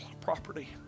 property